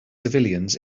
civilians